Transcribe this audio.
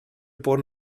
bod